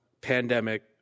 pandemic